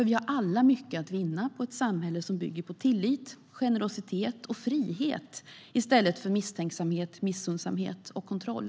Vi har alla mycket att vinna på ett samhälle som bygger på tillit, generositet och frihet i stället för misstänksamhet, missunnsamhet och kontroll.